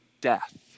death